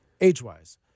age-wise